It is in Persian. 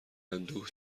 اندوه